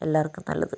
എല്ലാവർക്കും നല്ലത്